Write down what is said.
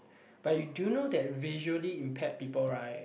but you do you know that visually impaired people right